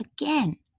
Again